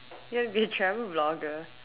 you will be a travel vlogger